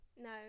No